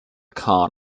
con